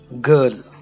girl